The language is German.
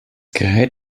gerät